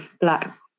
black